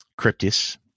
Cryptis